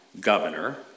governor